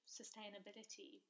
sustainability